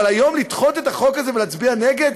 אבל היום לדחות את החוק הזה ולהצביע נגד?